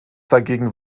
dagegen